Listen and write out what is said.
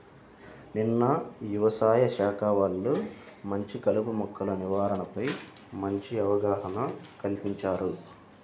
నిన్న యవసాయ శాఖ వాళ్ళు వచ్చి కలుపు మొక్కల నివారణపై మంచి అవగాహన కల్పించారు